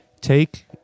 Take